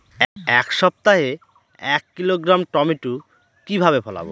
এক সপ্তাহে এক কিলোগ্রাম টমেটো কিভাবে ফলাবো?